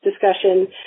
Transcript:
discussion